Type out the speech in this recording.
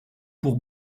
pour